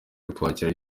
kutwakira